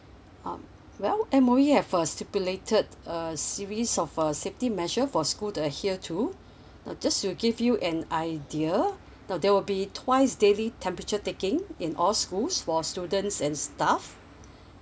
um well M_O_E have a stipulated uh series of uh safety measure for school the here to uh just to give you an idea now there will be twice daily temperature taking in all schools for students and staff